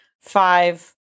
five